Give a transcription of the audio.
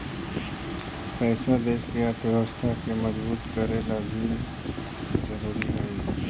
पैसा देश के अर्थव्यवस्था के मजबूत करे लगी ज़रूरी हई